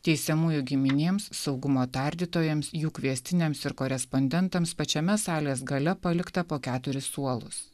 teisiamųjų giminėms saugumo tardytojams jų kviestiniams ir korespondentams pačiame salės gale paliktą po keturis suolus